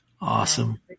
Awesome